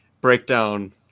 breakdown